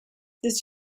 this